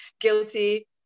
guilty